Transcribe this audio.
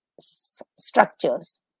structures